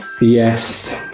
yes